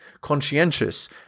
conscientious